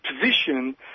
position